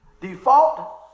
default